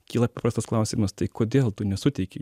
kyla paprastas klausimas tai kodėl tu nesuteiki